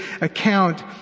account